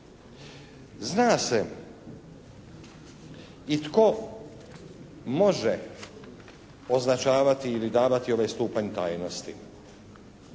Zna se i tko može označavati ili davati ovaj stupanj tajnosti